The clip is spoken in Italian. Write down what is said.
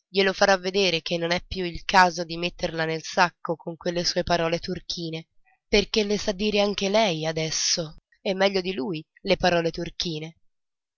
glielo farà vedere che non è più il caso di metterla nel sacco con quelle sue parole turchine perché le sa dire anche lei adesso e meglio di lui le parole turchine